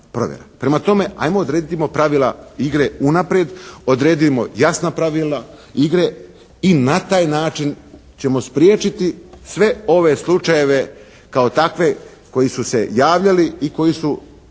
Prema tome, ajmo odrediti pravila igre unaprijed, odredimo jasna pravila igre i na taj način ćemo spriječiti sve ove slučajeve kao takve koji su se javljali i koji su